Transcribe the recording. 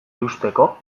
eusteko